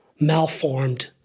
malformed